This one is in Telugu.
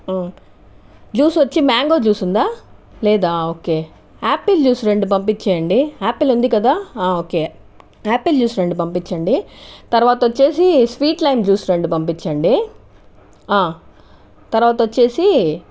జ్యూస్ వచ్చి మ్యాంగో జ్యూస్ ఉందా లేదా ఓకే యాపిల్ జ్యూస్ రెండు పంపించేయండి యాపిల్ ఉంది కదా ఓకే యాపిల్ జ్యూస్ రెండు పంపించండి తర్వాత వచ్చేసి స్వీట్ లైమ్ జ్యూస్ రెండు పంపించండి తర్వాత వచ్చేసి